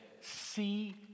see